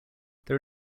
there